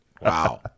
Wow